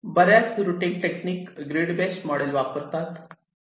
बऱ्याच routing technique grid base model वापरतात